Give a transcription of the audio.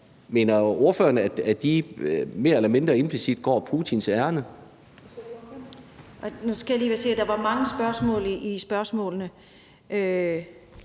Mener ordføreren, at de mere eller mindre implicit går Putins ærinde?